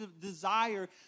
desire